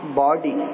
body